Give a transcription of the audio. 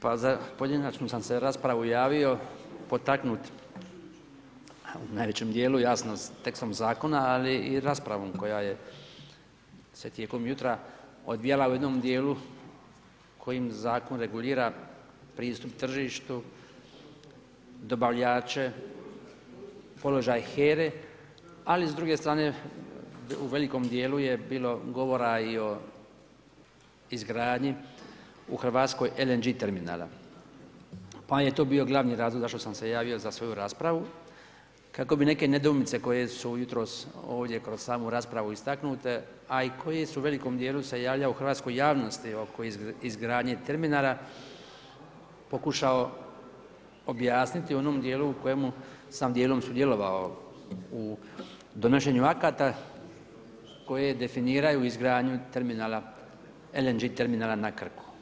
Pa za pojedinačnu sam se raspravu javio potaknut u najvećem dijelu jasno tekstom zakona, ali i raspravom koja se tijekom jutra odvijala u jednom dijelu kojim zakon regulira pristup tržištu, dobavljače, položaj HERA-e ali s druge strane u velikom dijelu je bilo govora i o izgradnji u Hrvatskoj LNG terminala pa je to bio glavni razlog zašto sam se javio za svoju raspravu kako bi neke nedoumice koje su jutros ovdje kroz samu raspravu istaknute, a i koje su u velikom dijelu se javile oko izgradnje terminala pokušao objasniti u onom dijelu u kojemu sam dijelom sudjelovao u donošenju akata koje definiraju izgradnju terminala, LNG terminala na Krku.